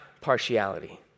partiality